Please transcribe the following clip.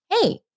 Hey